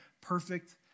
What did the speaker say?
perfect